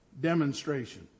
demonstration